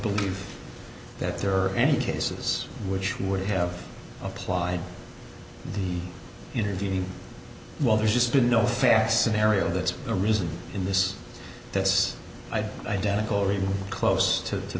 believe that there are any cases which would have applied in the intervening while there's just been no facts scenario that's arisen in this that's identical or even close to t